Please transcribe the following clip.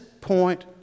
point